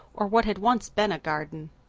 or what had once been a garden.